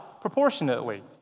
proportionately